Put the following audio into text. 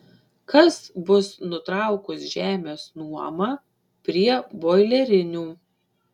kas bus nutraukus žemės nuomą prie boilerinių